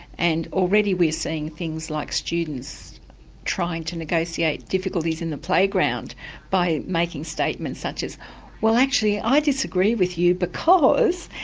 and already we're seeing things like students trying to negotiate difficulties in the playground by making statements such as well actually i disagree with you because.